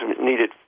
needed